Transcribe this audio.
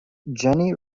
jenny